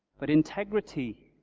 but integrity